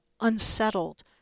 unsettled